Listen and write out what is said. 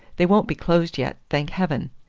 they won't be closed yet, thank heaven!